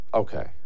okay